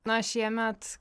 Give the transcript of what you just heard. na šiemet